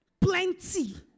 plenty